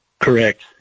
Correct